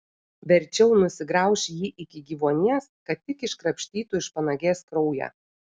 verčiau nusigrauš jį iki gyvuonies kad tik iškrapštytų iš panagės kraują